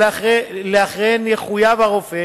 ולאחריהן יחויב הרופא